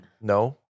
no